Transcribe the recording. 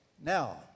Now